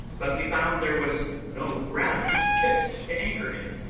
but we found there was no ground fit to anchor in,